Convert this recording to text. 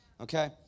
okay